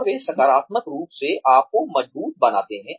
और वे सकारात्मक रूप से आपको मजबूत बनाते हैं